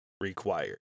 required